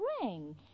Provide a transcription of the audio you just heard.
ring